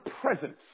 presence